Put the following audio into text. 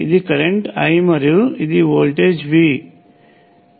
ఇది current I మరియు ఇది వోల్టేజ్ V